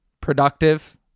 productive